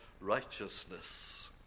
righteousness